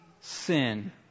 sin